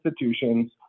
institutions